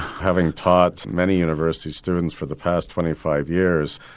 having taught many university students for the past twenty five years,